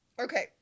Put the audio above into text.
Okay